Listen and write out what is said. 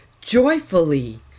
joyfully